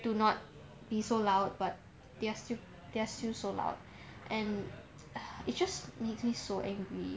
do not be so loud but they're still they're still so loud and eh it just makes me so angry